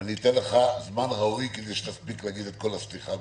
ואני אתן לך זמן ראוי כדי שתספיק להגיד את כל הסליחה בצורה מלאה.